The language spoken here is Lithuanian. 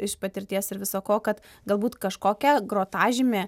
iš patirties ir visa ko kad galbūt kažkokia grotažymė